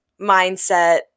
mindset